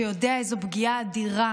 שיודע איזו פגיעה אדירה